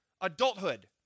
adulthood